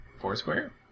Foursquare